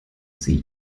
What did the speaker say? sie